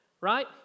right